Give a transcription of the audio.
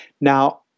Now